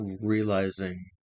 realizing